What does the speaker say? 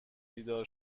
بیدار